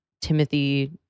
Timothy